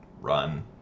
run